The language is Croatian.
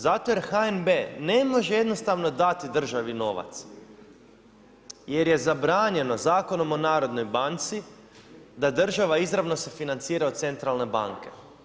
Zato jer HNB ne može jednostavno dati državi novac jer je zabranjeno Zakonom o narodnoj banci da se država izravno financira od centralne banke.